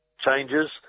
changes